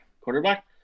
quarterback